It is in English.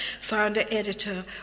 founder-editor